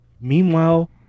Meanwhile